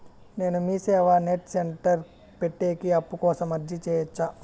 నేను MeeSeva net centre పెట్టేకి అప్పు కోసం అర్జీ సేయొచ్చా?